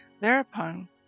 Thereupon